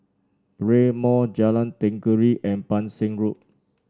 Rail Mall Jalan Tenggiri and Pang Seng Road